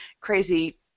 crazy